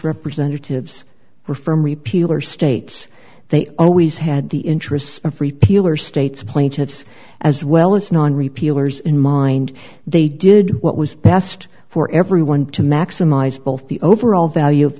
representatives were from repeal or states they always had the interests of repeal or states plaintiffs as well as non repeal years in mind they did what was best for everyone to maximize both the overall value of